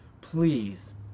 please